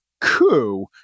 coup